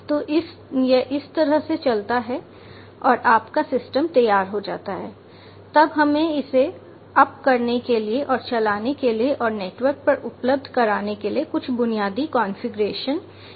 तो यह इस तरह से चलता है और आपका सिस्टम तैयार हो जाता है तब हमें इसे अप करने के लिए और चलाने के लिए और नेटवर्क पर उपलब्ध कराने के लिए कुछ बुनियादी कॉन्फ़िगरेशन की आवश्यकता होती है